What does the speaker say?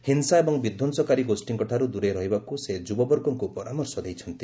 ହିଂସା ଏବଂ ବିଧ୍ୱଂସକାରୀ ଗୋଷୀଙ୍କଠାରୁ ଦୂରେଇ ରହିବାକୁ ସେ ଯୁବବର୍ଗଙ୍କୁ ପରାମର୍ଶ ଦେଇଛନ୍ତି